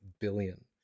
billion